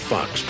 Fox